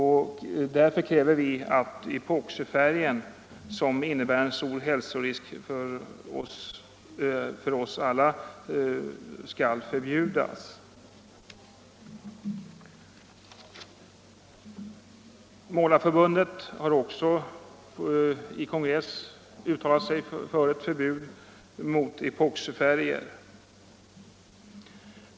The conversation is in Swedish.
Därför kräver man att epoxifärger — som innebär en stor hälsorisk för alla berörda — skall förbjudas. Målareförbundet har vid kongress uttalat sig för ett förbud mot epoxifärger.